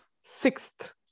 sixth